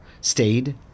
stayed